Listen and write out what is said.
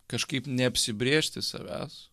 kažkaip neapsibrėžti savęs